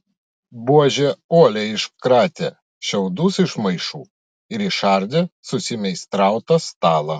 buožė uoliai iškratė šiaudus iš maišų ir išardė susimeistrautą stalą